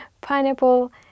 pineapple